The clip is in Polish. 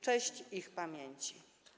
Cześć ich pamięci!